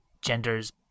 gender's